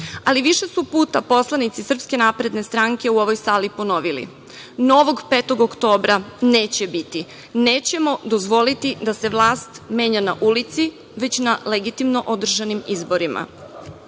Ali, više su puta poslanici SNS u ovoj sali ponovili – novog „5. oktobra“ neće biti, nećemo dozvoliti da se vlast menja na ulici, već na legitimno održanim izborima. Da